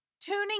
tuning